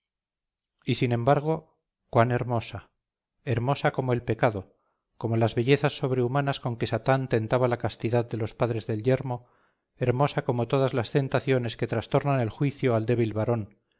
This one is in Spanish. y sin embargo cuán hermosa hermosa como el pecado como las bellezas sobrehumanas con que satán tentaba la castidad de los padres del yermo hermosa como todas las tentaciones que trastornan el juicio al débil varón